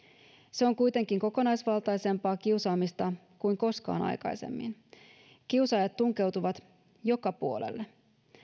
se on kuitenkin kokonaisvaltaisempaa kiusaamista kuin koskaan aikaisemmin kiusaajat tunkeutuvat joka puolelle